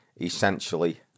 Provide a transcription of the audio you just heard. essentially